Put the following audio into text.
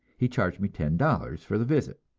he charged me ten dollars for the visit,